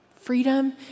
freedom